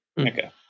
Okay